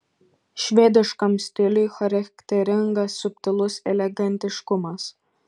švediškam stiliui charakteringas subtilus elegantiškumas